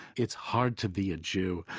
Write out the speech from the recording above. it's hard to be a jew.